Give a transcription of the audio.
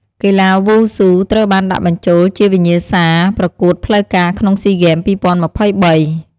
កីឡាវ៉ូស៊ូត្រូវបានដាក់បញ្ចូលជាវិញ្ញាសាប្រកួតផ្លូវការក្នុងស៊ីហ្គេម ២០២៣។